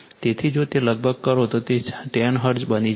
તેથી જો તે લગભગ કરો તો તે 10 હર્ટ્ઝ બની જશે